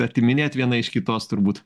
atiminėt viena iš kitos turbūt